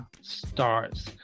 stars